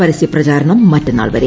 പരസ്യപ്രചാരണ്ണം മറ്റെന്നാൾ വരെ